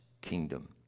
kingdom